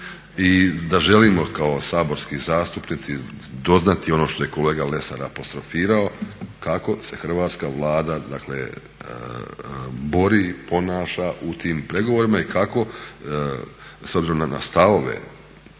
i da želimo kao saborski zastupnici doznati ono što je kolega Lesar apostrofirao, kako se Hrvatska Vlada dakle bori, ponaša u tim pregovorima i kako s obzirom na stavove